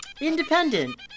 independent